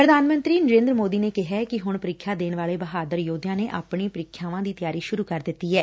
ਪ੍ਰਧਾਨ ਮੰਤਰੀ ਨਰੇਂਦਰ ਮੋਦੀ ਨੇ ਕਿਹੈ ਕਿ ਹੁਣ ਪ੍ਰੀਖਿਆ ਦੇਣ ਵਾਲੇ ਬਹਾਦਰ ਯੋਧਿਆਂ ਨੇ ਆਪਣੀ ਪ੍ਰੀਖਿਆਵਾਂ ਦੀ ਤਿਆਰੀ ਸੁਰੁ ਕਰ ਦਿੱਡੀ ਐ